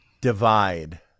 divide